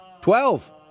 Twelve